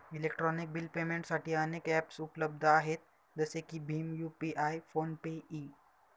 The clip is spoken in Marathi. इलेक्ट्रॉनिक बिल पेमेंटसाठी अनेक ॲप्सउपलब्ध आहेत जसे की भीम यू.पि.आय फोन पे इ